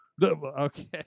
Okay